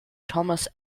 thomas